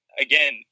again